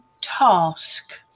task